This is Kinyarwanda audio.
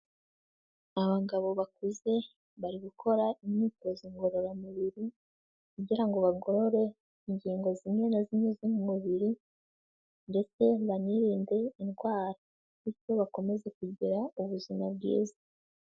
Abagabo bakuze bari gukora imyitozo ngororamubiri kugira ngo bagorore ingingo zimwe na zimwe z'umubiri ndetse banirinde indwara, bityo bakomeze kugira ubuzima bwiza.